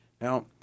Now